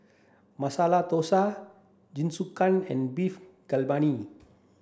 Masala Dosa Jingisukan and Beef Galbini